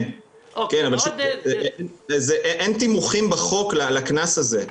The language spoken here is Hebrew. כן, אבל שוב, אין תימוכין בחוק לקנס הזה.